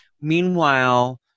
Meanwhile